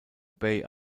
bei